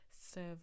serve